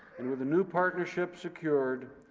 and with a new partnership secured,